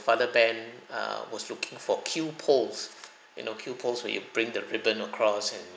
father ben err was looking for queue poles you know queue poles where you bring the ribbon across and you